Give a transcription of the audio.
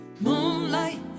moonlight